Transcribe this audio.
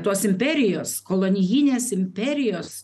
tuos imperijos kolonijinės imperijos